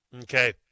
Okay